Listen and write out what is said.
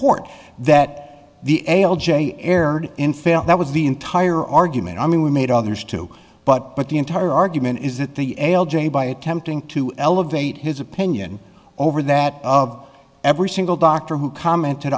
court that the a l j erred in felt that was the entire argument i mean we made others too but but the entire argument is that the by attempting to elevate his opinion over that of every single doctor who commented